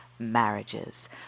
Marriages